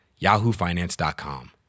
yahoofinance.com